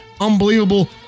Unbelievable